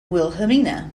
wilhelmina